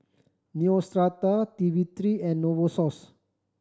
Neostrata T three and Novosource